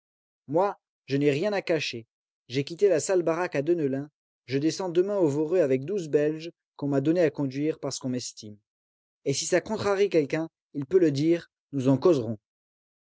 moi je n'ai rien à cacher j'ai quitté la sale baraque à deneulin je descends demain au voreux avec douze belges qu'on m'a donnés à conduire parce qu'on m'estime et si ça contrarie quelqu'un il peut le dire nous en causerons